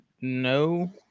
no